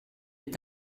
est